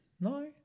No